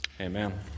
Amen